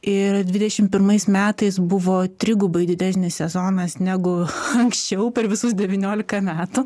ir dvidešim pirmais metais buvo trigubai didesnis sezonas negu anksčiau per visus devyniolika metų